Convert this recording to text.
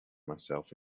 myself